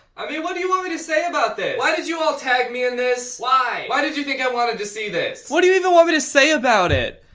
i mean what do you want me to say about this? why did you all tag me in this, why? why did you think i wanted to see this? what do you even want me to say about it?